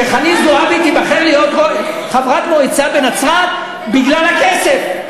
שחנין זועבי תיבחר להיות חברת מועצה בנצרת בגלל הכסף.